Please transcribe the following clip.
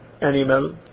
animal